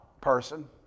person